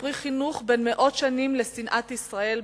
פרי חינוך בן מאות שנים לשנאת ישראל.